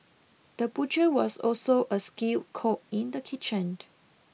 the butcher was also a skilled cook in the kitchen